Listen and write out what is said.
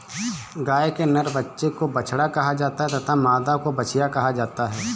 गाय के नर बच्चे को बछड़ा कहा जाता है तथा मादा को बछिया कहा जाता है